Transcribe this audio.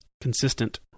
consistent